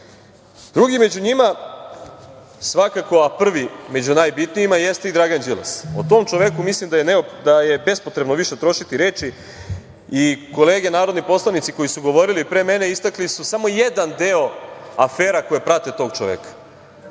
među njima, svakako, a prvi među najbitnijima jeste i Dragan Đilas. O tom čoveku mislim da je bespotrebno više trošiti reči i kolege narodni poslanici koji su govorili pre mene istakli su samo jedan deo afera koje prate tog čoveka. Da